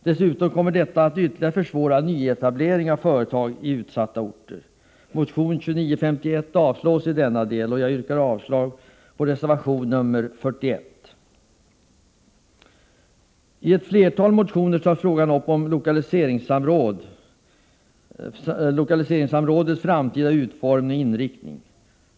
Dessutom kommer detta att ytterligare försvåra nyetablering av företag i utsatta orter. Motion 2951 avstyrks i denna del, och jag yrkar avslag på reservation 41. I flera motioner tar man upp frågan om lokaliseringssamrådets framtida utformning och inriktning.